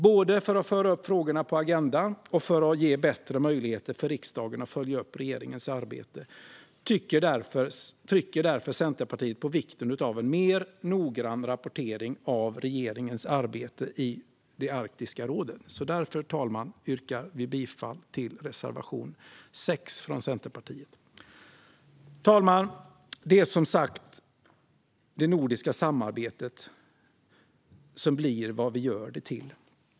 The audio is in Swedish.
Både för att föra upp frågorna på agendan och för att ge riksdagen bättre möjligheter att följa upp regeringens arbete trycker Centerpartiet på vikten av en noggrannare rapportering av regeringens arbete i Arktiska rådet. Därför, fru talman, yrkar jag bifall till reservation 6 från Centerpartiet. Fru talman! Det nordiska samarbetet blir som sagt vad vi gör det till.